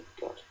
God